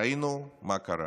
ראינו מה קרה,